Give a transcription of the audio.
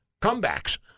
comebacks